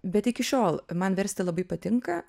bet iki šiol man versti labai patinka